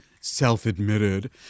self-admitted